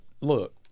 look